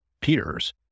peers